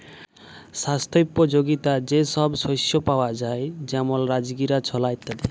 স্বাস্থ্যপ যগীতা যে সব শস্য পাওয়া যায় যেমল রাজগীরা, ছলা ইত্যাদি